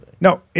No